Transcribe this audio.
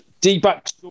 D-backs